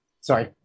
sorry